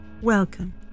Welcome